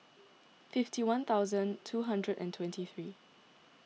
fifty one thousand two hundred and twenty three